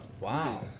Wow